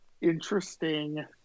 interesting